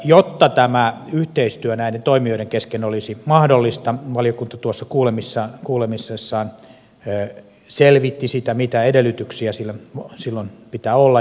jotta tämä yhteistyö näiden toimijoiden kesken olisi mahdollista valiokunta tuossa kuulemisessaan selvitti sitä mitä edellytyksiä silloin pitää olla